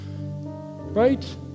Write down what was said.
right